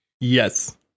Yes